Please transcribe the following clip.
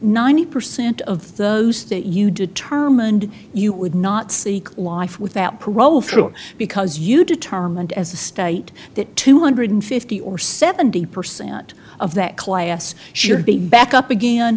ninety percent of those that you determined you would not seek life without parole through because you determined as a state that two hundred fifty or seventy percent of that class should be back up again